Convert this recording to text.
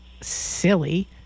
silly